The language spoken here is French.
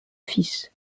fils